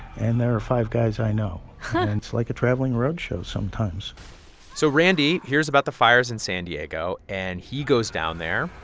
and there are five guys i know. and it's like a traveling road show sometimes so randy hears about the fires in san diego, and he goes down there.